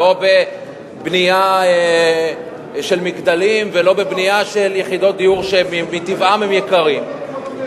לא בבנייה של מגדלים ולא בבנייה של יחידות דיור שמטבען הן יקרות.